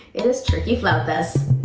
it is true love this.